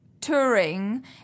touring